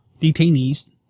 detainees